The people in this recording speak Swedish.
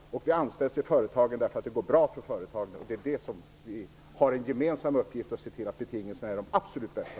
Vi anställs i företagen, eftersom det går bra för företagen. Vi har därför en gemensam uppgift att se till att betingelserna är de absolut bästa.